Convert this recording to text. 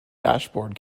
dashboard